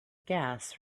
gas